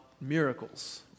miracles